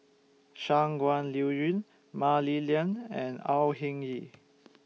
Shangguan Liuyun Mah Li Lian and Au Hing Yee